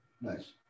Nice